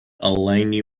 allegheny